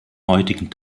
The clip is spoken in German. heutigen